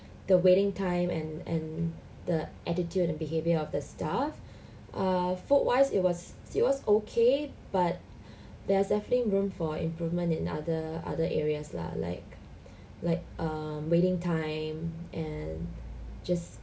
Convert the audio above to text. the waiting time and and the attitude and behavior of the staff err food wise it was it was okay but there's definitely room for improvement in other other areas lah like like err waiting time and just